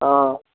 हँ